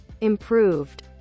Improved